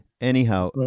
Anyhow